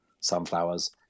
sunflowers